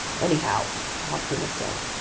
anyhow, the harpooner said,